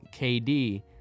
KD